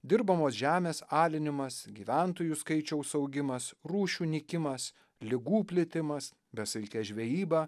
dirbamos žemės alinimas gyventojų skaičiaus augimas rūšių nykimas ligų plitimas besaikė žvejyba